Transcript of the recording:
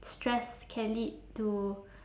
stress can lead to